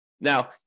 Now